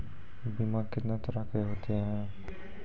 बीमा कितने तरह के होते हैं?